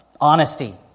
honesty